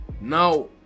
Now